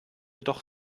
doch